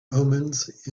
omens